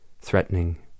threatening